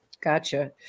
Gotcha